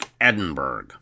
Edinburgh